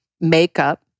makeup